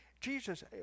Jesus